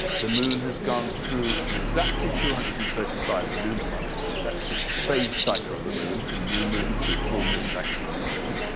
the moon has gone through exactly two hundred and thirty five lunar months, that's the phase cycle of the moon, from new moons, through full moon, back to new moon.